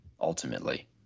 ultimately